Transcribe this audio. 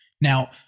Now